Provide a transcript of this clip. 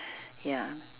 ya